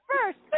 first